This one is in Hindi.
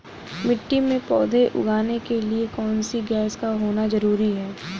मिट्टी में पौधे उगाने के लिए कौन सी गैस का होना जरूरी है?